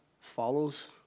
follows